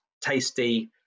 tasty